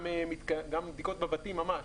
גם בדיקות בבתים ממש